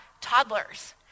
toddlers